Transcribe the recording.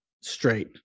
straight